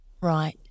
Right